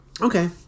Okay